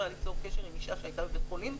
היה ליצור קשר עם אישה שהייתה בבית חולים,